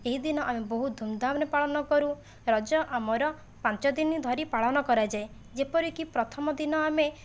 ଏହି ଦିନ ଆମେ ବହୁତ ଧୁମଧାମରେ ପାଳନ କରୁ ରଜ ଆମର ପାଞ୍ଚ ଦିନ ଧରି ପାଳନ କରାଯାଏ ଯେପରିକି ପ୍ରଥମ ଦିନ ଆମେ